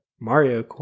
Mario